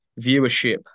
viewership